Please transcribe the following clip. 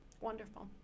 wonderful